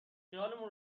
خیالمون